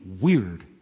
weird